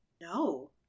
No